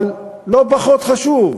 אבל לא פחות חשוב,